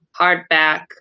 hardback